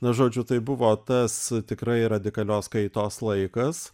nu žodžiu tai buvo tas tikrai radikalios kaitos laikas